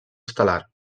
estel·lar